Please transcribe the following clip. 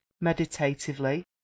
meditatively